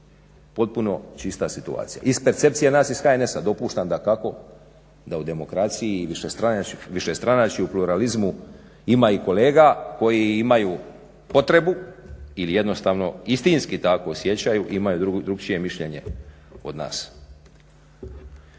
Potpuno čista situacija. Iz percepcije nas iz HNS-a. Dopuštam dakako da u demokraciji ili višestranačju, u pluralizmu ima i kolega koji imaju potrebu ili jednostavno istinski tako osjećaju, imaju drugačije mišljenje od nas.